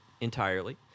entirely